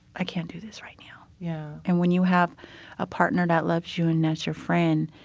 i can't do this right now. yeah and when you have a partner that loves you and that's your friend,